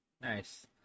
Nice